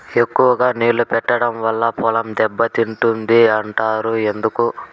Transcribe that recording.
ఎక్కువగా నీళ్లు పెట్టడం వల్ల పొలం దెబ్బతింటుంది అంటారు ఎందుకు?